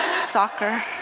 soccer